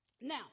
Now